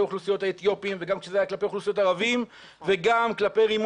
אוכלוסיית האתיופים וגם כשזה היה כלפי אוכלוסיית